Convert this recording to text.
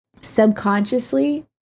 Subconsciously